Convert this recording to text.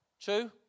True